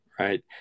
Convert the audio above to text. Right